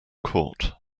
court